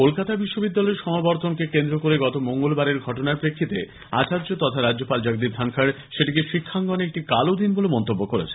কলকাতা বিশ্ববিদ্যালয়ের সমাবর্তনকে কেন্দ্র করে গত মঙ্গলবারের ঘটনার প্রেক্ষিতে আচার্য তথা রাজ্যপাল জগদীপ ধনখড় সেটিকে শিক্ষাঙ্গনে একটি কালো দিন বলে মন্তব্য করেছেন